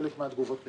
חלק מהתגובות מתקבלות,